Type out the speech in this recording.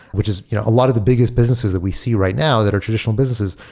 which is you know a lot of the biggest businesses that we see right now that are traditional businesses,